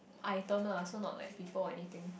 item lah so not like people or anything